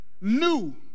new